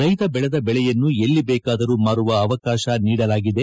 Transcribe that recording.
ರೈತ ಬೆಳೆದ ಬೆಳೆಯನ್ನು ಎಲ್ಲಿ ಬೇಕಾದರೂ ಮಾರುವ ಅವಕಾಶ ನೀಡಲಾಗಿದೆ